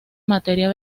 materia